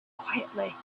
quietly